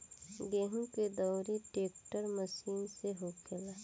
गेहूं के दउरी ट्रेक्टर मशीन से होखेला